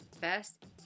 best